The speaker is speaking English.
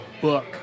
book